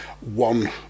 one